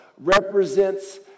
represents